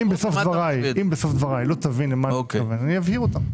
אם בסוף דבריי לא תבין למה אני מתכוון אבהיר את דבריי,